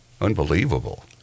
Unbelievable